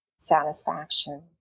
satisfaction